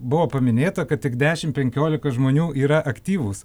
buvo paminėta kad tik dešim penkiolika žmonių yra aktyvūs